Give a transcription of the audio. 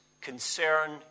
concern